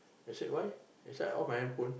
they said why I said I off my handphone